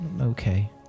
Okay